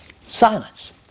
Silence